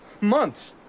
Months